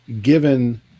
given